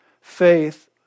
faith